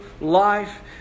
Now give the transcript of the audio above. life